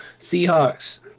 Seahawks